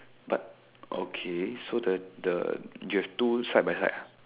but okay so the the you have two side by side ah